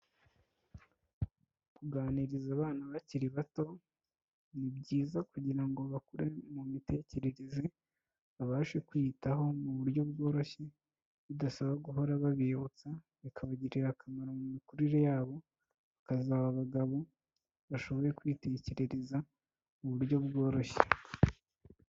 Kuganiriza abana bakiri bato, ni byiza kugira ngo bakure mu mitekerereze, babashe kwiyitaho mu buryo bworoshye, bidasaba guhora babibutsa, bikabagirira akamaro mu mikurire yabo, bakazaba abagabo bashobo kwitekerereza mu buryo bworoshye.